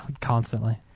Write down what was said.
constantly